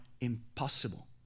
impossible